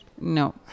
no